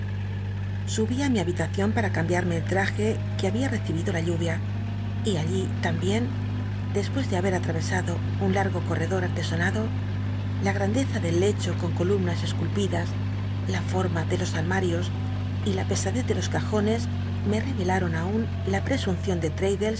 subí á mi habitacion pam cambiarme el tmje c ue babia recibido la llul'ia y alli tambicn despues de haber atral'csado un largo corredor artesonado la g andcza del jecho con columnas csculpid ts la forma ele los anal'ios y la pesadez de los cajones me revelaron aun la prcsuncion de